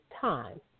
time